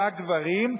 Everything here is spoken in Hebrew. רק גברים,